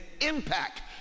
impact